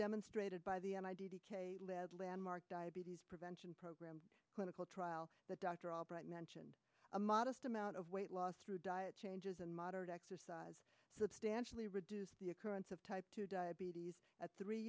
demonstrated by the end i did lead landmark diabetes prevention program clinical trial that dr albright mentioned a modest amount of weight loss through diet changes and moderate exercise substantially reduce the occurrence of type two diabetes at three